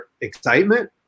excitement